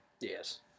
Yes